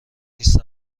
نیست